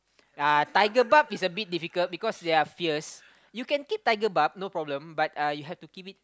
uh tiger barb is a bit difficult because they are fierce you can keep tiger barb no problem but uh you have to keep it